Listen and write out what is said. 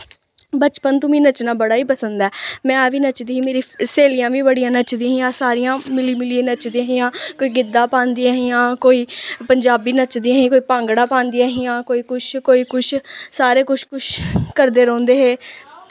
बचपन तो मिगी नच्चना बड़ा ई पसंद ऐ मैं बी नचदी ही मेरियां स्हेलियां बी बड़ियां नचदियां हां सारियां मिली मिलियै नचदियां हां कोई गिद्दा पंदियां हियां कोई पंजाबी नचदियां हा कोई भांगड़ा पंदियां हां कोई किश कोई किश सारे कुछ कुछ करदे रौंह्दे हे